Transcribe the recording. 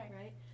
right